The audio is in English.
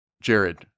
Jared